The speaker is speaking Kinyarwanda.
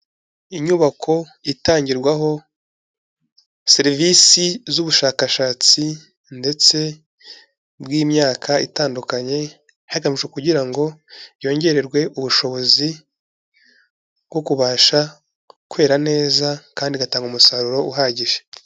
Inyubako itangirwaho serivisi z'ubushakashatsi ndetse bw'imyaka itandukanye, hagamijwe kugira ngo yongererwe ubushobozi bwo kubasha kwera neza kandi igatanga umusaruro uhagije.